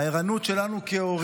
הערנות שלנו כהורים,